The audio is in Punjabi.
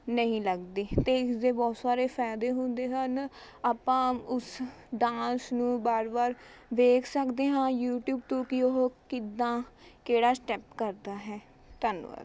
ਨਹੀਂ ਲੱਗਦੀ ਅਤੇ ਇਸ ਦੇ ਬਹੁਤ ਸਾਰੇ ਫਾਇਦੇ ਹੁੰਦੇ ਹਨ ਆਪਾਂ ਉਸ ਡਾਂਸ ਨੂੰ ਵਾਰ ਵਾਰ ਦੇਖ ਸਕਦੇ ਹਾਂ ਯੂਟਿਊਬ ਤੋਂ ਕਿ ਉਹ ਕਿੱਦਾਂ ਕਿਹੜਾ ਸਟੈੱਪ ਕਰਦਾ ਹੈ ਧੰਨਵਾਦ